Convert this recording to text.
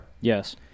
Yes